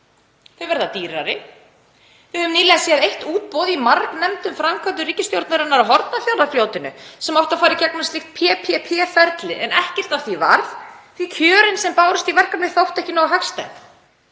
þau verða dýrari. Við höfum nýlega séð eitt útboð í margnefndum framkvæmdum ríkisstjórnarinnar á Hornafjarðarfljóti sem átti að fara í gegnum slíkt PPP-ferli en ekkert varð af því því tilboðin sem bárust í verkefnið þóttu ekki nógu hagstæð.